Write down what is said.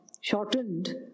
shortened